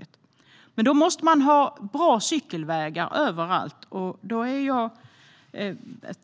Men för detta måste det finnas bra cykelvägar överallt.